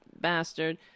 bastard